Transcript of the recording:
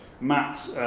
Matt